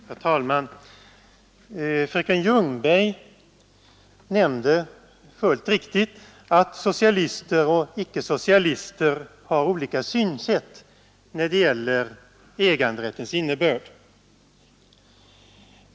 Herr talman! Fröken Ljungberg nämnde fullt riktigt att socialister och icke-socialister har olika synsätt när det gäller äganderättens innebörd.